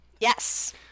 Yes